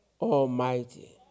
Almighty